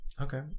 Okay